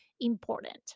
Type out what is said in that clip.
important